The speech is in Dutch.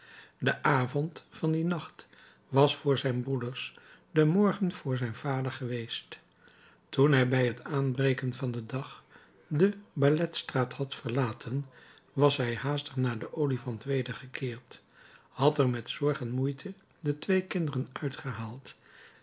de avond van dien nacht was voor zijn broeders de morgen voor zijn vader geweest toen hij bij het aanbreken van den dag de balletstraat had verlaten was hij haastig naar den olifant wedergekeerd had er met zorg en moeite de twee kinderen uitgehaald